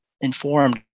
informed